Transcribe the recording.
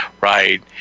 right